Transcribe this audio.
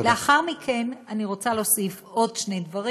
לאחר מכן, אני רוצה להוסיף עוד שני דברים: